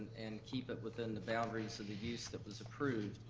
and keep it within the boundaries of the use that was approved.